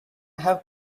have